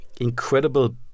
incredible